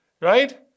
right